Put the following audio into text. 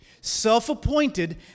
Self-appointed